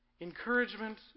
Encouragement